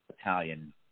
Italian